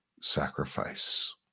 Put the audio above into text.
sacrifice